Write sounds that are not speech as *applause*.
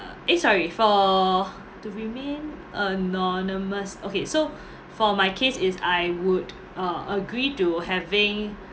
eh sorry for to remain anonymous okay so *breath* for my case is I would uh agree to having